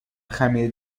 خمیر